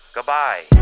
Goodbye